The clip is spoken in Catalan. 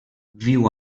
viu